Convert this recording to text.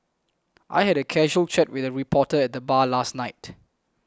I had a casual chat with a reporter at the bar last night